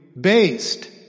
based